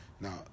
Now